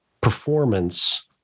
performance